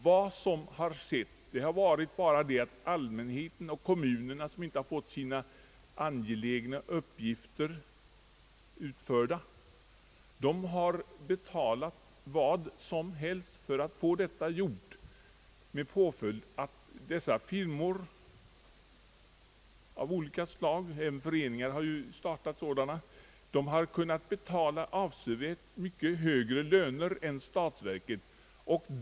Vad som har skett är att den allmänhet och de kommuner som inte har fått sina angelägna uppgifter utförda har betalat vad som helst för att få dem utförda med påföljd att dessa konsultfirmor av olika slag — det har ju också startats föreningar som bedriver sådan konsultverksamhet — har kunnat betala avse värt högre löner än statsverket gjort.